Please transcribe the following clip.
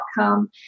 outcome